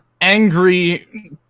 angry